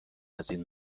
ازاین